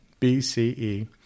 BCE